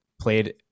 played